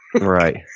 Right